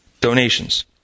Donations